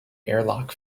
airlock